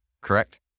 correct